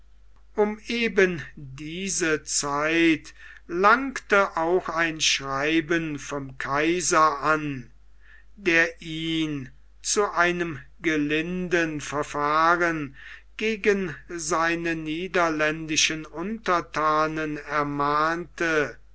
um eben diese zeit langte auch ein schreiben vom kaiser an der ihn zu einem gelinden verfahren gegen seine niederländischen unterthanen ermahnte